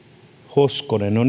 hoskonen no